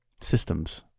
systems